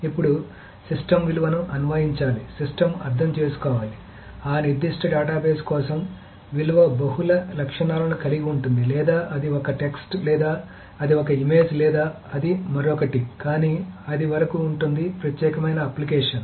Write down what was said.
ఇప్పుడు సిస్టమ్ విలువను అన్వయించాలి సిస్టమ్ అర్థం చేసుకోవాలి ఆ నిర్దిష్ట డేటాబేస్ కోసం విలువ బహుళ లక్షణాలను కలిగి ఉంటుంది లేదా అది ఒక టెక్స్ట్ లేదా అది ఒక ఇమేజ్ లేదా అది మరొకటి కానీ అది వరకు ఉంటుంది ప్రత్యేక అప్లికేషన్